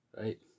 right